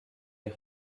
est